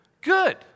Good